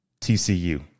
TCU